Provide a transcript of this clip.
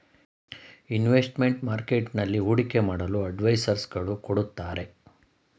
investment marketing ನಲ್ಲಿ ಹೂಡಿಕೆ ಮಾಡಲು ಅಡ್ವೈಸರ್ಸ್ ಗಳು ಕೊಡುತ್ತಾರೆ